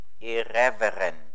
irreverent